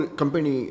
company